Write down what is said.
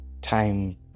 time